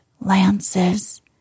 lances